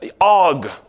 og